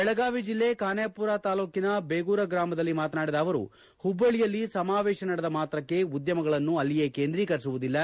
ಬೆಳಗಾವಿ ಜೆಲ್ಲೆ ಖಾನಾಪುರ ತಾಲ್ಲೂಕಿನ ಬೋಗೂರ ಗ್ರಾಮದಲ್ಲಿ ಮಾತನಾಡಿದ ಅವರು ಹುಬ್ಬಳ್ಳಯಲ್ಲಿ ಸಮಾವೇಶ ನಡೆದ ಮಾತ್ರಕ್ಕೆ ಉದ್ಯಮಗಳು ಅಲ್ಲಿಯೇ ಕೇಂದ್ರೀಕರಿಸುವುದಿಲ್ಲ